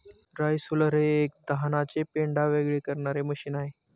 rice huller हे एक धानाचे पेंढा वेगळे करणारे मशीन आहे